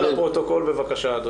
בבקשה.